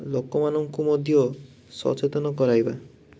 ଲୋକମାନଙ୍କୁ ମଧ୍ୟ ସଚେତନ କରାଇବା